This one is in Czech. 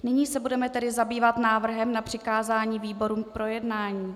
Nyní se tedy budeme zabývat návrhem na přikázání výborům k projednání.